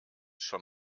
schon